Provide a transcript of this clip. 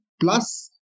plus